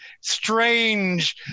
strange